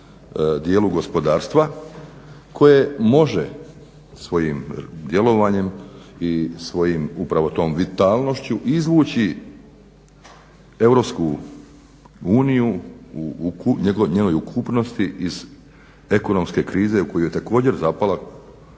dijelu gospodarstva koje može svojim djelovanjem i svojim, upravo tom vitalnošću izvući EU u njenoj ukupnosti iz ekonomske krize u koju je također zapala,